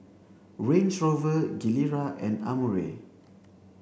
Range Rover Gilera and Amore